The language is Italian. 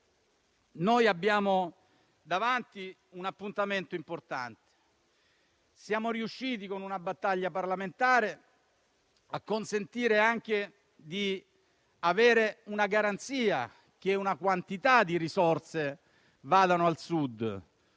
Abbiamo davanti un appuntamento importante. Siamo riusciti, con una battaglia parlamentare, ad avere anche la garanzia che una quantità di risorse vadano al Sud.